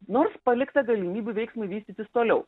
nors palikta galimybių veiksmui vystytis toliau